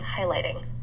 highlighting